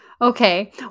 Okay